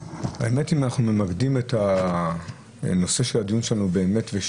האמת שאנחנו ממקדים את הנושא של הדיון שלנו לשקר,